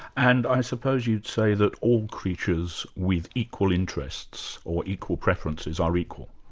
and i suppose you'd say that all creatures with equal interests or equal preferences are equal?